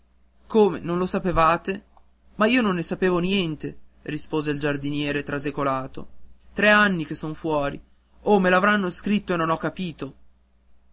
come non lo sapevate ma io non sapevo niente rispose il giardiniere trasecolato tre anni che son fuori o me l'avranno scritto e non l'ho capito